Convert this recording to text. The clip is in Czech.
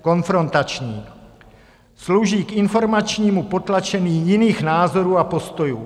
Konfrontační, slouží k informačnímu potlačení jiných názorů a postojů.